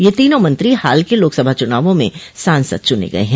यह तीनों मंत्री हाल के लोकसभा चुनावों में सांसद चुने गये हैं